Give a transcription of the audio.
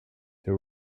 the